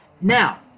Now